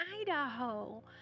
Idaho